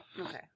Okay